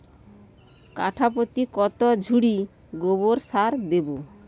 কাঠাপ্রতি কত ঝুড়ি গোবর সার দেবো?